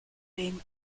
being